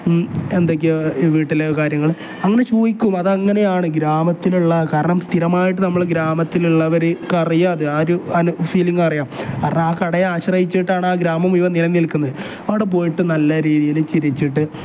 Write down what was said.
എന്തൊക്കെയാണ് വീട്ടിലെ കാര്യങ്ങൾ അങ്ങനെ ചോദിക്കും അതങ്ങനെയാണ് ഗ്രാമത്തിലുള്ള കാരണം സ്ഥിരമായിട്ട് നമ്മൾ ഗ്രാമത്തിലുള്ളവർക്ക് അറിയാതെ ആ ഒരു അ ഫീലിങ് അറിയാം കാരണം ആ കട ആശ്രയിച്ചിട്ടാണ് ആ ഗ്രാമം ഇവ നിലനിൽക്കുന്നത് അവിടെ പോയിട്ട് നല്ല രീതിയിൽ ചിരിച്ചിട്ട്